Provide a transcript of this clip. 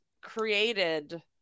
created